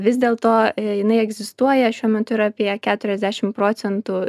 vis dėlto jinai egzistuoja šiuo metu yra apie keturiasdešimt procentų